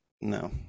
No